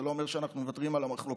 זה לא אומר שאנחנו מוותרים על המחלוקות,